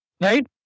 Right